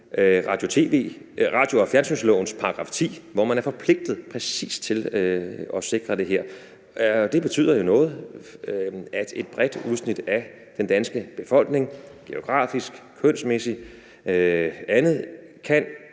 radio- og fjernsynslovens § 10, som forpligter til præcis at sikre det her. Det betyder jo noget, at et bredt udsnit af den danske befolkning geografisk, kønsmæssigt og andet kan